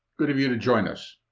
good of you to join us.